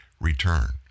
return